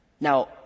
Now